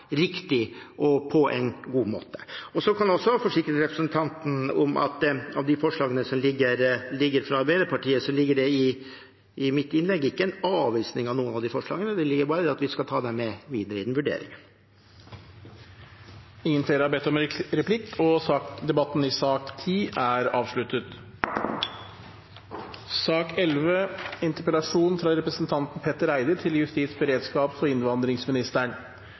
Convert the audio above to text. riktig og på en god måte. Så kan jeg også forsikre representanten Vågslid om at når det gjelder forslagene fra Arbeiderpartiet, ligger det i mitt innlegg ingen avvisning av dem. Det ligger bare i det at vi skal ta dem med videre i vurderingen. Replikkordskiftet er omme. Flere har ikke bedt om ordet til sak nr. 10. Det er en lang dag for justiskomiteen i stortingssalen i dag, så jeg håper vi har litt energi til å diskutere denne saken, og